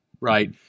Right